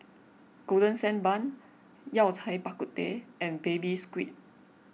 Golden Sand Bun Yao Cai Bak Kut Teh and Baby Squid